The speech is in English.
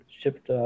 shipped